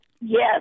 Yes